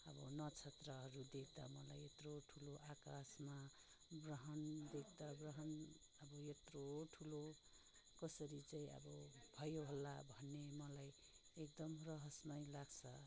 अब नक्षत्रहरू देख्दा मलाई यत्रो ठुलो आकाशमा ग्रहण देख्दा ग्रहण अब यत्रो ठुलो कसरी चाहिँ अब भयो होला भन्ने मलाई एकदम रहस्यमय लाग्छ